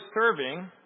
serving